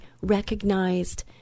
recognized